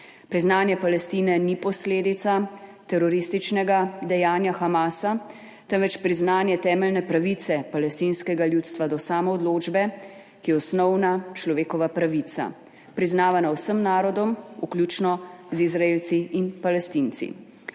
Priznanje Palestine ni posledica terorističnega dejanja Hamasa, temveč priznanje temeljne pravice palestinskega ljudstva do samoodločbe, ki je osnovna človekova pravica, priznavana vsem narodom, vključno z Izraelci in Palestinci.